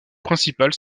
principales